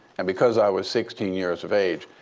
and because i was sixteen years of age,